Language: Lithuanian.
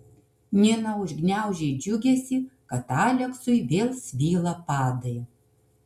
nina užgniaužė džiugesį kad aleksui vėl svyla padai